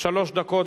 שלוש דקות.